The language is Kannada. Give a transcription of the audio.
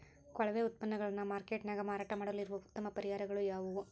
ಕೊಳೆವ ಉತ್ಪನ್ನಗಳನ್ನ ಮಾರ್ಕೇಟ್ ನ್ಯಾಗ ಮಾರಾಟ ಮಾಡಲು ಇರುವ ಉತ್ತಮ ಪರಿಹಾರಗಳು ಯಾವವು?